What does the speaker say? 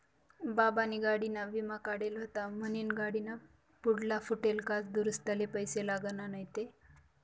बाबानी गाडीना विमा काढेल व्हता म्हनीन गाडीना पुढला फुटेल काच दुरुस्तीले पैसा लागना नैत